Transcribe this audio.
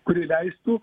kuri leistų